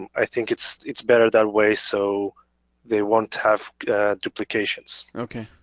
i think it's it's better that way, so they won't have duplications. okay,